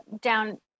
down